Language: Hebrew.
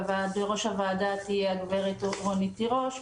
בראש הוועדה תהיה הדוברת רונית תירוש,